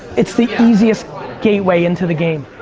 it's the easiest gateway into the game.